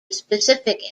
specific